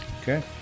Okay